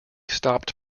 stopped